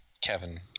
Kevin